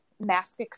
mask